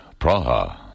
Praha